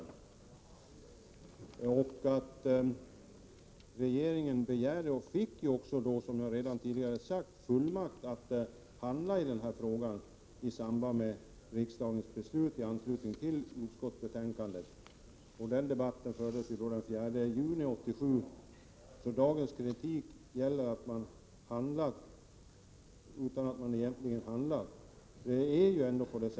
Regeringen begärde och fick, som jag tidigare sagt, riksdagens fullmakt att handla i den här frågan, i samband med riksdagens beslut den 4 juni 1987. Dagens kritik gäller att man handlat utan att man egentligen har handlat.